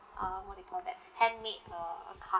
uh what you call that handmade uh a card